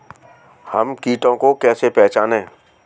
हम कीटों को कैसे पहचाने?